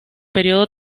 período